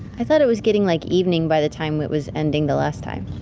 i thought it was getting like evening by the time it was ending the last time.